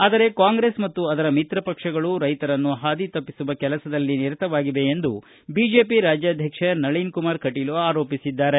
ಆದರೆ ಕಾಂಗ್ರೆಸ್ ಮತ್ತು ಅದರ ಮಿತ್ರ ಪಕ್ಷಗಳು ರೈತರನ್ನು ಹಾದಿ ತಪ್ಪಿಸುವ ಕೆಲಸದಲ್ಲಿ ನಿರತವಾಗಿದೆ ಎಂದು ಬಿಜೆಪಿ ರಾಜ್ಯಾಧ್ವಕ್ಷ ನಳಿನ್ ಕುಮಾರ್ ಕಟೀಲ ಆರೋಪಿಸಿದ್ದಾರೆ